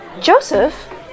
Joseph